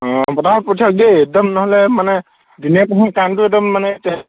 অঁ পতাপত পঠিয়াওক দেই একদম নহ'লে মানে দিনে পোহৰে কাৰেণ্টটো একদম মানে